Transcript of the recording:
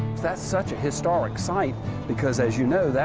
that's such a historic site because, as you know,